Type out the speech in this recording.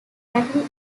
battle